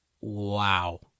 Wow